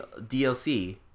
DLC